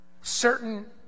certain